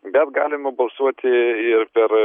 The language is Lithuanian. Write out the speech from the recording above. bet galima balsuoti ir per